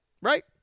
Right